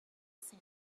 center